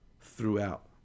throughout